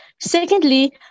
Secondly